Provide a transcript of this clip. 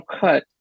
cut